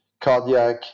cardiac